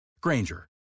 Granger